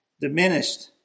diminished